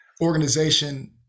organization